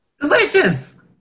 Delicious